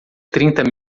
trinta